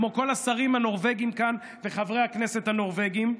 כמו כל השרים הנורבגים כאן וחברי הכנסת הנורבגים,